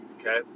okay